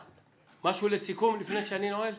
משהו לסיכום לפני שאני נועל?